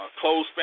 close